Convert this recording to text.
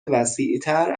وسیعتر